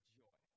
joy